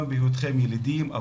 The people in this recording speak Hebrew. גם בהיותכם ילידים,